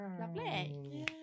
Lovely